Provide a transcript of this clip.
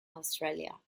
australia